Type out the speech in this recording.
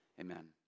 Amen